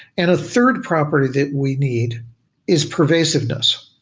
and a third property that we need is pervasiveness.